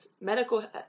medical